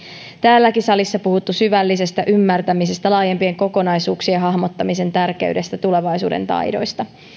täälläkin salissa on puhuttu syvällisestä ymmärtämisestä laajempien kokonaisuuksien hahmottamisen tärkeydestä tulevaisuuden taidoista